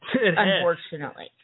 Unfortunately